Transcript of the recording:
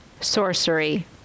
sorcery